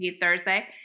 Thursday